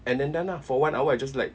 and then done ah for one hour I just like